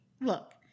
look